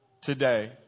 today